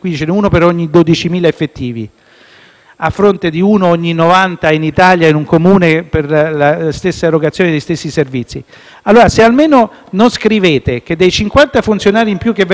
a fronte di uno ogni 90 in Italia, in un Comune, per l'erogazione degli stessi servizi. Se non scrivete che, dei 50 funzionari in più che verranno assunti, una quota